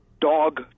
dog